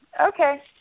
Okay